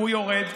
הוא יורד.